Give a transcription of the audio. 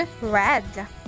red